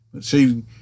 See